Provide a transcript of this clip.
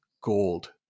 gold